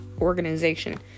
organization